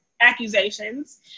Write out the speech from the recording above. accusations